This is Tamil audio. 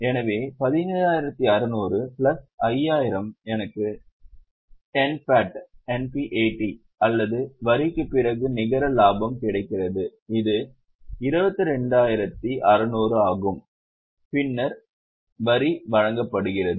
எனவே 17600 பிளஸ் 5000 எனக்கு NPAT அல்லது வரிக்குப் பிறகு நிகர லாபம் கிடைக்கிறது இது 22600 ஆகும் பின்னர் வரி வழங்கப்படுகிறது